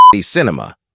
cinema